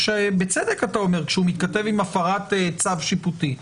שבצדק אתה אומר שהוא מתכתב עם הפרת צו שיפוטי.